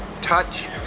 touch